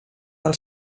del